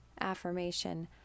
affirmation